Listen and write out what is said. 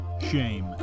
shame